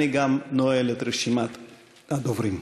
אני גם נועל את רשימת הדוברים.